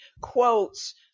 quotes